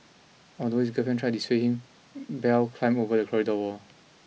although his girlfriend tried to dissuade him Bell climbed over the corridor wall